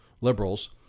liberals